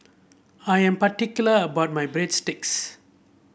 I am particular about my Breadsticks